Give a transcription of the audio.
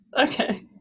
Okay